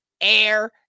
air